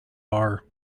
are